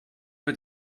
mit